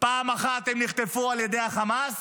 פעם אחת הם נחטפו על ידי החמאס